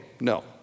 no